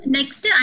Next